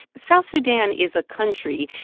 south sudan is a country,